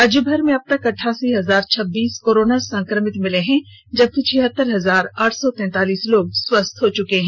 राज्यभर में अबतक अठ्ठासी हजार छब्बीस कोरोना संक्रमित मिले हैं जबकि छिहतर हजार आठ सौ तैंतालीस लोग स्वस्थ हो चुके हैं